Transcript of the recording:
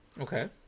Okay